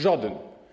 Żaden.